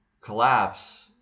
collapse